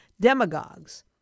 demagogues